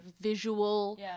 visual